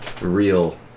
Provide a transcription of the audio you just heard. real